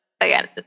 again